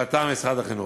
באתר משרד החינוך.